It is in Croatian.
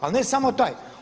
Ali ne samo taj.